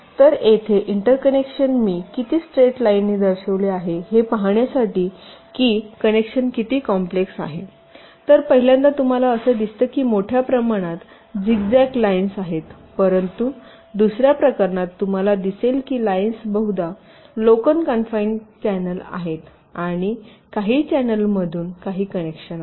तर येथे interconnection मी किती स्ट्रेट लाईनी दर्शविली आहे हे पाहण्यासाठी की कनेक्शन किती कॉम्प्लेक्स आहेत तर पहिल्यांदाच तुम्हाला असं दिसतं की मोठ्या प्रमाणात झिग्झॅग लाईन्स आहेत परंतु दुसर्या प्रकरणात तुम्हाला दिसेल की लाईन्स बहुधा लोकल कानफाइन चॅनेल आहेत आणि काही चॅनेलमधूनच काही कनेक्शन आहेत